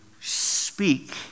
speak